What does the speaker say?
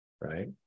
right